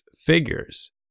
figures